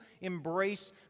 embrace